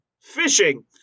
fishing